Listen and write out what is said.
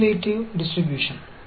हम अगली कक्षा में जारी रखेंगे